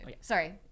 Sorry